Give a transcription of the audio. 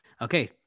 Okay